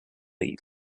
eat